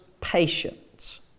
patience